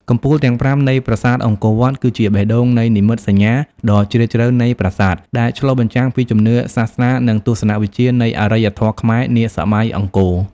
កំពូលទាំងប្រាំនៃប្រាសាទអង្គរវត្ត គឺជាបេះដូងនៃនិមិត្តសញ្ញាដ៏ជ្រាលជ្រៅនៃប្រាសាទ ដែលឆ្លុះបញ្ចាំងពីជំនឿសាសនា និងទស្សនវិជ្ជានៃអរិយធម៌ខ្មែរនាសម័យអង្គរ។